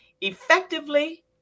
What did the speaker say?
effectively